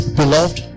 beloved